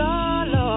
Lord